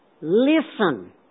listen